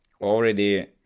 already